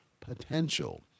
potential